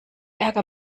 ärger